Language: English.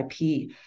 IP